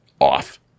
off